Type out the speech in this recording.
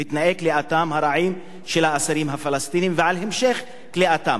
על תנאי כליאתם הרעים של האסירים הפלסטינים ועל המשך כליאתם.